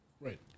Right